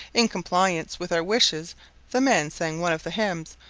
in compliance with our wishes the men sang one of the hymns,